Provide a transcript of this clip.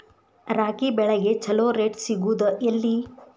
ರಾಗಿ ಬೆಳೆಗೆ ಛಲೋ ರೇಟ್ ಸಿಗುದ ಎಲ್ಲಿ?